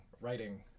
writing